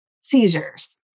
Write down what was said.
seizures